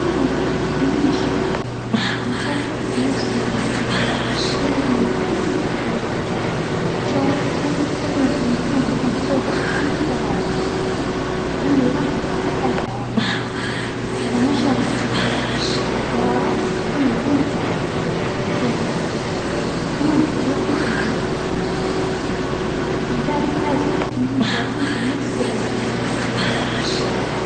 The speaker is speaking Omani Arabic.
نعم، مهم للشباب المشاركة في الأمور السياسية لأنهم يمثلون المستجبل، مشاركتهم تظمن أن يكون لهم صوت في صنع الجرارات اللى راح توثر على حياتهم، إذا ما شاركوا الجرارات بتكون بدون إعتبار لإحتياجاتهم وكمان لرؤيتهم في المستجبل، لذلك لازم أنهم يشاركون في الأمور السياسية.